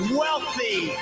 wealthy